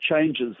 changes